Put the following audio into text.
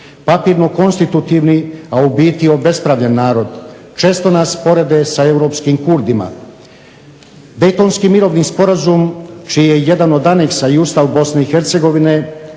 Papirno konstitutivni, a u biti obespravljen narod. Često nas porede sa europskim Kurdima. Dejtonski mirovni sporazum, čiji je jedan od aneksa i ustav Bosne